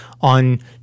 on